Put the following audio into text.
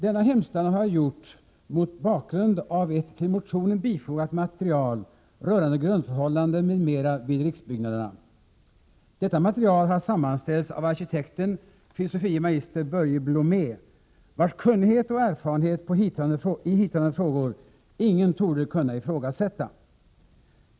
Denna hemställan har jag gjort mot bakgrund av ett till motionen bifogat material rörande grundförhållandena m.m. vid riksbyggnaderna. Detta material har sammanställts av arkitekten, fil. mag. Börje Blomé, vars kunnighet och erfarenheter i hithörande frågor ingen torde kunna ifrågasätta.